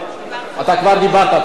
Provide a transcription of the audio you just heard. אתה כבר דיברת, אתה לא תוכל.